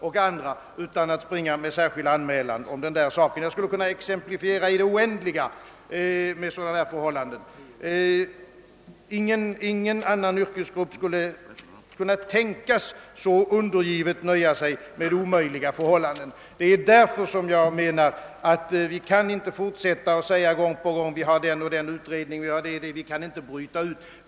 Jag kunde exemplifiera med sådana förhållanden i det oändliga. Ingen annan yrkesgrupp skulle kunna tänkas så undergivet nöja sig med omöjliga arbetsförhållanden. Det är därför jag menar, att vi inte längre kan fortsätta med att gång på gång hänvisa till pågående utredningar och till att vissa frågor inte kan brytas ut ur deras arbete.